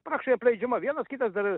praktiškai apleidžiama vienas kitas dar